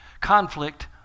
Conflict